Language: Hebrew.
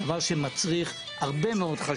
מפעלים יקרסו.